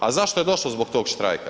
A zašto je došlo do tog štrajka?